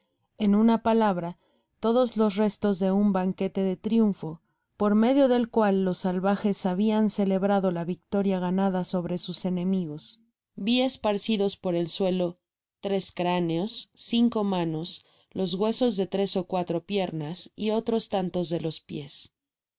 en ana palabra todos los restos de un banquete de triunfo par medio del cual los salvajes habian celebrado la victoria ganada sobre sus enemigos vi esparcidos por el suelo tres cráneos cinco manos los huesos de tres ó cuatro piernas y otros tantos de los pies